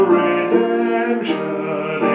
redemption